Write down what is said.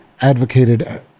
advocated